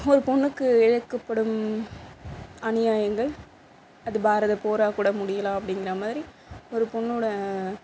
ஒரு பொண்ணுக்கு இழைக்கப்படும் அநியாயங்கள் அது பாரத போராக கூட முடியலாம் அப்படிங்குற மாதிரி ஒரு பொண்ணோட